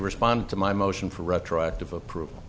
respond to my motion for retroactive approval